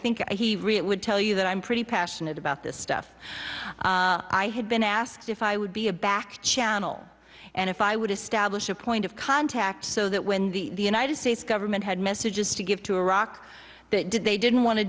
think i would tell you that i'm pretty passionate about this stuff i had been asked if i would be a back channel and if i would establish a point of contact so that when the united states government had messages to give to iraq that did they didn't want to